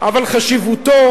אבל חשיבותו